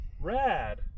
Rad